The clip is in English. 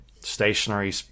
stationary